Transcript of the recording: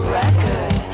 record